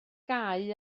gau